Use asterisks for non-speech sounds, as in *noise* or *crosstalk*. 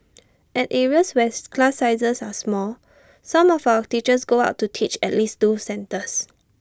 *noise* at areas where class sizes are small some of our teachers go out to teach at least two centres